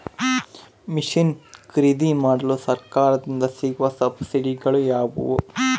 Mission ಖರೇದಿಮಾಡಲು ಸರಕಾರದಿಂದ ಸಿಗುವ ಸಬ್ಸಿಡಿಗಳು ಯಾವುವು?